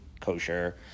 kosher